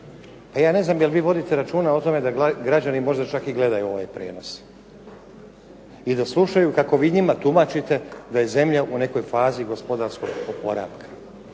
Pa ja ne znam je li vi vodite računa o tome da građani možda čak i gledaju ovaj prijenos i da slušaju kako vi njima tumačite da je zemlja u nekoj fazi gospodarskog oporavka.